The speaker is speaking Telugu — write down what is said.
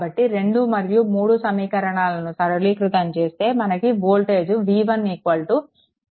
కాబట్టి 2 మరియు 3 సమీకరణాలను సరళీకృతం చేస్తే మనకు వోల్టేజ్ v1 1